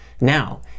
now